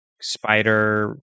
spider